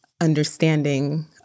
understanding